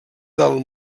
del